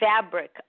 fabric